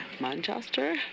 Manchester